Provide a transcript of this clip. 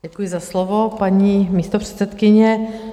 Děkuji za slovo, paní místopředsedkyně.